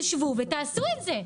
תשבו ותעשו את זה.